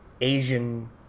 Asian